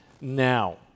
now